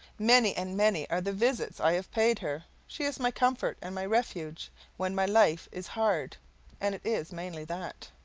many and many are the visits i have paid her she is my comfort and my refuge when my life is hard and it is mainly that.